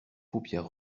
paupières